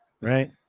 right